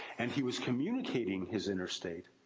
and he was communicating his inner state,